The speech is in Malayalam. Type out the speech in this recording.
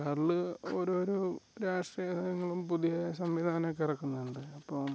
സർക്കാരിൽ ഓരോരോ രാഷ്ട്രീയങ്ങളും പുതിയ സംവിധാനം ഒക്കെ ഇറക്കുന്നുണ്ട് അപ്പോൾ